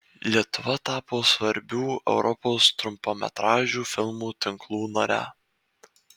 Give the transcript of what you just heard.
lietuva tapo svarbių europos trumpametražių filmų tinklų nare